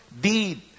deed